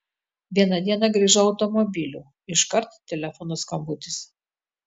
vieną dieną grįžau automobiliu iškart telefono skambutis